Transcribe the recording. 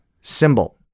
Symbol